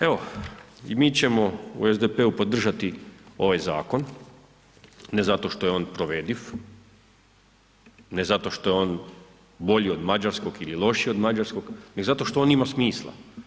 Evo i mi ćemo u SDP-u podržati ovaj Zakon, ne zato što je on provediv, ne zato što je on bolji od mađarskog ili lošiji od mađarskog, nego zato što on ima smisla.